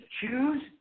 choose